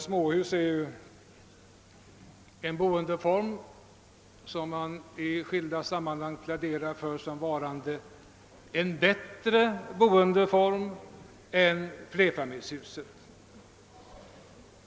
Småhusen är ju en boendeform som man i skilda sammanhang pläderat för såsom varande bättre än flerfamiljshusen.